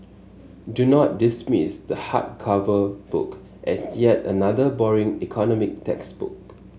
do not dismiss the hardcover book as yet another boring economic textbook